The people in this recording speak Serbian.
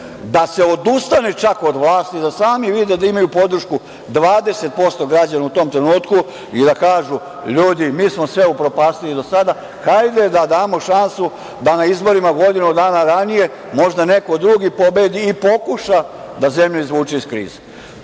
da se odustane čak od vlast, da sami vide da imaju podršku 20% građana u tom trenutku i da kažu – ljudi, mi smo sve upropastili do sada, hajde da damo šansu da na izborima godinu dana ranije možda neko drugi pobedi i pokuša da zemlju izvuče iz krize. To